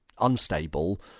unstable